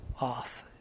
Off